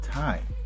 time